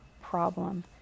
problem